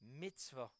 mitzvah